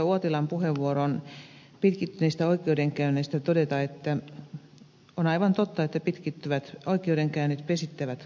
uotilan puheenvuoroon pitkittyneistä oikeudenkäynneistä todeta että on aivan totta että pitkittyvät oikeudenkäynnit vesittävät koko asian